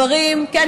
כן,